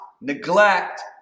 neglect